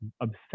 obsessed